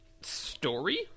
story